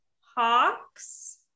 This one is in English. Hawks